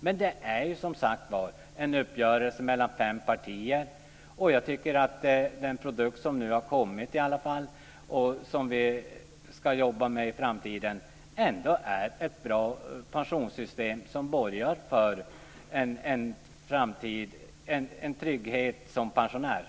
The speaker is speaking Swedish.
Men det handlar, som sagt, om en uppgörelse mellan fem partier. Den produkt som nu har kommit och som vi ska jobba med i framtiden är ändå, tycker jag, ett bra pensionssystem som borgar för en trygghet för pensionären.